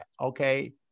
Okay